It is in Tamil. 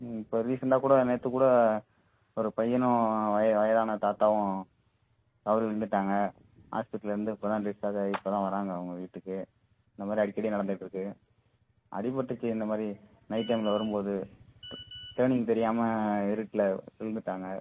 ம் இப்போ ரீசன்ட்டாக கூட நேற்று கூட ஒரு பையனும் வயது வயதான தாத்தாவும் தவறி விழுந்துட்டாங்கள் ஹாஸ்பிட்டல்லேருந்து இப்போ தான் டிஸ்சார்ஜ் ஆகி இப்போ தான் வராங்க அவங்க வீட்டுக்கு இந்த மாதிரி அடிக்கடி நடந்துட்டுருக்கு அடிப்பட்டுச்சு இந்த மாதிரி நைட் டைமில் வரும் போது டேர்னிங் தெரியாமல் இருட்டில் விழுந்துடுடாங்க